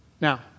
now